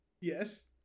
Yes